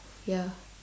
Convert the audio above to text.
ya